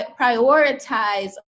prioritize